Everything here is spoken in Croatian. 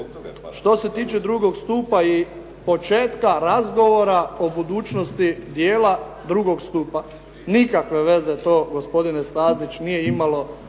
što se tiče drugog stupa i početka razgovora o budućnosti dijela drugog stupa, nikakve veze to gospodine Stazić nije imalo